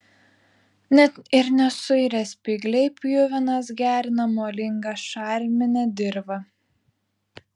net ir nesuirę spygliai pjuvenos gerina molingą šarminę dirvą